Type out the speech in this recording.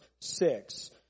six